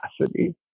capacity